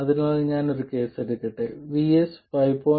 അതിനാൽ ഞാൻ ഒരു കേസ് എടുക്കട്ടെ VS 5